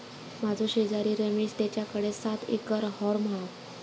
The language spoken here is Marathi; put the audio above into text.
माझो शेजारी रमेश तेच्याकडे सात एकर हॉर्म हा